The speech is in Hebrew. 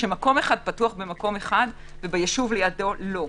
כשמקום אחד פתוח ומקום אחד בישוב לידו לא.